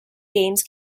games